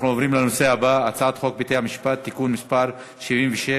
אנחנו עוברים לנושא הבא: הצעת חוק בתי-המשפט (תיקון מס' 76)